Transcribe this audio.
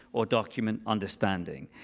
or document understanding.